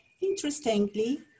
Interestingly